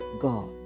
God